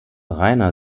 rainer